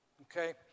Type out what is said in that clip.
Okay